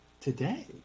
today